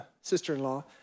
sister-in-law